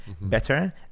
better